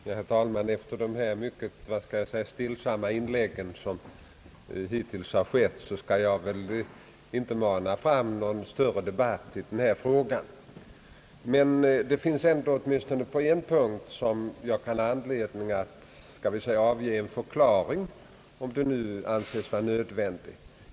Herr talman! Efter de mycket stillsamma inlägg som hittills gjorts skall jag inte mana fram någon större debatt i denna fråga. Men det finns ändå åtminstone en punkt, där jag kan ha anledning att avge en förklaring.